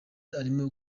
arimo